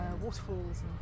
waterfalls